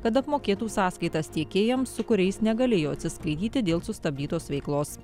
kad apmokėtų sąskaitas tiekėjams su kuriais negalėjo atsiskaityti dėl sustabdytos veiklos